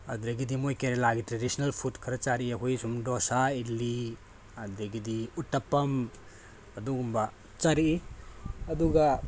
ꯑꯗꯨꯗꯒꯤꯗꯤ ꯃꯣꯏ ꯀꯦꯔꯦꯂꯥꯒꯤ ꯇ꯭ꯔꯦꯗꯤꯁꯤꯅꯦꯜ ꯐꯨꯠ ꯈꯔ ꯆꯥꯔꯛꯑꯦ ꯑꯩꯈꯣꯏꯒꯤ ꯁꯨꯝ ꯗꯣꯁꯥ ꯏꯗꯂꯤ ꯑꯗꯨꯗꯒꯤꯗꯤ ꯎꯇꯞꯄꯝ ꯑꯗꯨꯒꯨꯝꯕ ꯆꯥꯔꯛꯑꯦ ꯑꯗꯨꯒ